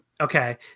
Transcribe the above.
Okay